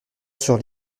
sur